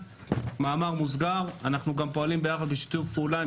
במאמר מוסגר אנחנו גם פועלים ביחד בשיתוף פעולה עם